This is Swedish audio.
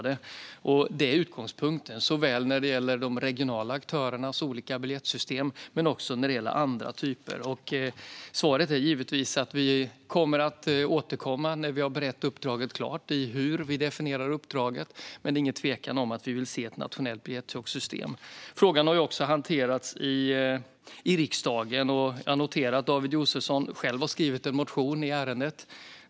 Det är utgångspunkten när det gäller såväl de regionala aktörernas olika biljettsystem som andra typer av biljettsystem. Svaret är givetvis att vi kommer att återkomma när vi har berett klart hur vi ska definiera uppdraget. Men det råder inget tvivel om att vi vill se ett nationellt biljettsystem. Frågan har också hanterats i riksdagen. Jag noterar att David Josefsson själv har skrivit en motion i ärendet.